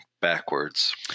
backwards